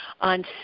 on